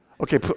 Okay